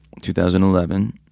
2011